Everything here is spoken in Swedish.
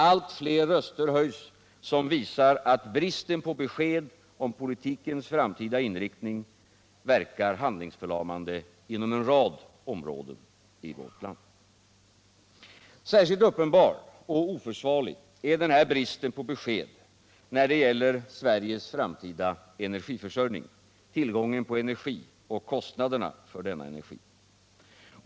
Allt fler röster höjs som visar att bristen på besked om politikens framtida inriktning verkar handlingsförlamande inom en rad områden i vårt land. Särskilt uppenbar och oförsvarlig är den här bristen på besked när det gäller Sveriges framtida energiförsörjning, tillgången på energi och kostnaderna för denna energi.